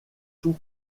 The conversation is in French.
tous